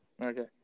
Okay